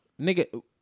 Nigga